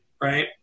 Right